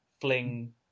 fling